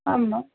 ஆமாம்